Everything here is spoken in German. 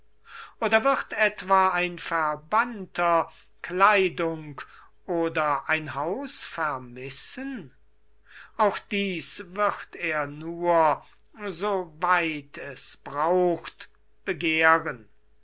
oder wird etwa ein verbannter kleidung oder ein haus vermissen auch dies wird er nur so weit es braucht begehren